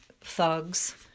thugs